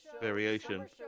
variation